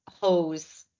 hose